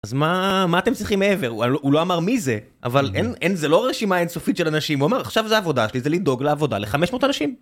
אז מה, מה אתם צריכים מעבר? הוא לא אמר מי זה, אבל זה לא רשימה אינסופית של אנשים, הוא אומר עכשיו זה עבודה שלי, זה לדאוג לעבודה לחמש מאות אנשים.